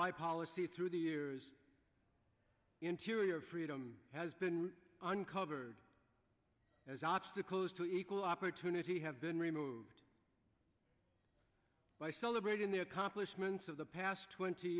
by policy through the years interior freedom has been uncovered as obstacles to equal opportunity have been removed by celebrating the accomplishments of the past twenty